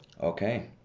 okay